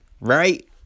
right